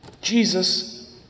Jesus